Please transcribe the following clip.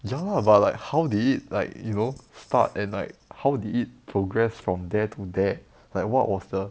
ya lah but like how did it like you know start and like how did it progress from there to there like what was the